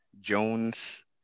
Jones